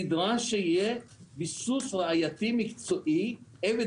נדרש שיהיה ביסוס ראייתי מקצועי evidence